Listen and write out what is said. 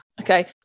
Okay